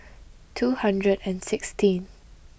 two hundred and sixteen